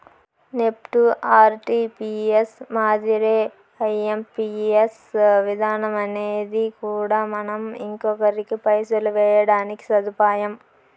NEFT, RTGS మాదిరే IMPS విధానమనేది కూడా మనం ఇంకొకరికి పైసలు వేయడానికి సదుపాయం